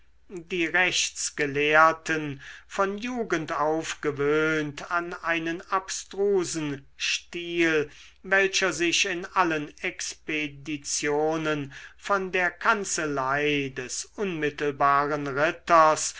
die rechtsgelehrten von jugend auf gewöhnt an einen abstrusen stil welcher sich in allen expeditionen von der kanzelei des unmittelbaren ritters